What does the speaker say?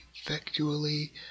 effectually